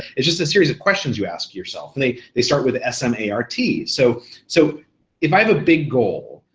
it's just a series of questions you ask yourself. and they they start with s m a r t. so so if i have a big goal,